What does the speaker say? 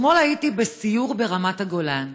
אתמול הייתי בסיור ברמת הגולן.